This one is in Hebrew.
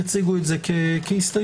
יציגו זאת כהסתייגויות